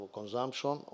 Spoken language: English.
consumption